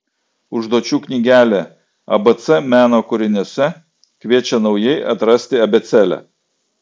užduočių knygelė abc meno kūriniuose kviečia naujai atrasti abėcėlę